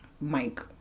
Mike